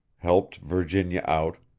helped virginia out,